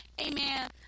amen